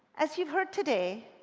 as you've heard today,